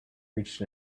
reached